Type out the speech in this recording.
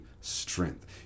strength